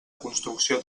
construcció